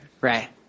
Right